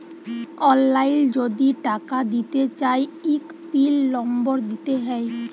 অললাইল যদি টাকা দিতে চায় ইক পিল লম্বর দিতে হ্যয়